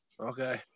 Okay